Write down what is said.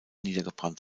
niedergebrannt